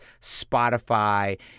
Spotify